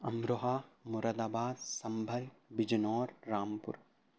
امروہہ مرادآباد سنبھل بجنور رام پور